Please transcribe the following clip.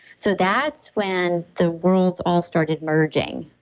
so that's when the worlds all started merging.